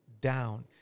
down